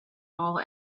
all